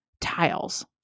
tiles